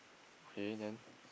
okay then